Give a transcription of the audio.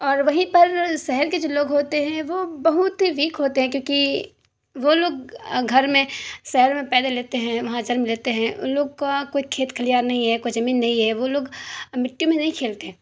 اور وہیں پر شہر کے جو لوگ ہوتے ہیں وہ بہت ہی ویک ہوتے ہیں کیوں کہ وہ لوگ گھر میں شہر میں پیدا لیتے ہیں وہاں جنم لیتے ہیں ان لوگ کا کوئی کھیت کھلیان نہیں ہے کوئی زمین نہیں ہے وہ لوگ مٹی میں نہیں کھیلتے ہیں